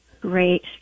Great